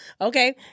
Okay